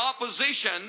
opposition